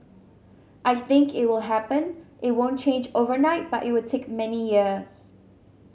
I think it would happen it won't change overnight but it would take many years